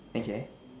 okay